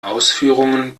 ausführungen